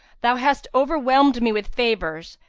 thou hast overwhelmed me with favours,